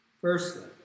Firstly